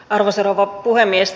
arvoisa rouva puhemies